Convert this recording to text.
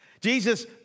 Jesus